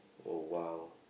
oh !wow!